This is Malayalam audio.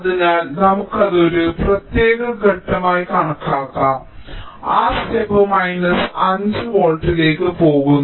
അതിനാൽ നമുക്ക് അത് ഒരു പ്രത്യേക ഘട്ടമായി കണക്കാക്കാം ആ ഘട്ടം മൈനസ് 5 വോൾട്ടിലേക്ക് പോകുന്നു